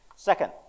Second